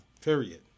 Period